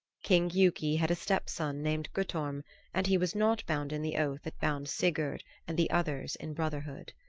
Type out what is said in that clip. king giuki had a stepson named guttorm and he was not bound in the oath that bound sigurd and the others in brotherhood.